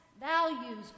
values